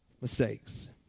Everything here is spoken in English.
mistakes